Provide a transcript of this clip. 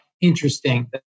interesting